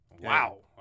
Wow